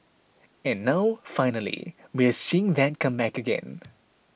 and now finally we're seeing that come back again